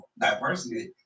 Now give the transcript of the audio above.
diversity